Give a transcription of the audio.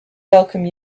welcome